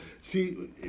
see